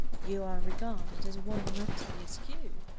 you are regarded as one mentally askew.